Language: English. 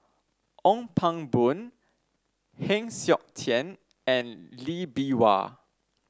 Ong Pang Boon Heng Siok Tian and Lee Bee Wah